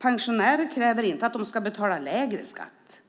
Pensionärerna kräver inte att de ska betala lägre skatt